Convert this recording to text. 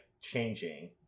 changing